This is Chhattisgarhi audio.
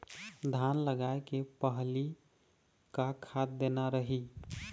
धान लगाय के पहली का खाद देना रही?